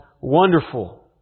wonderful